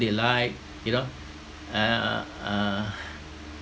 they like you know uh uh